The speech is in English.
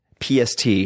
PST